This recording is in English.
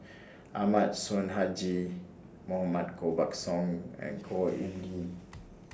Ahmad Sonhadji Mohamad Koh Buck Song and Khor Ean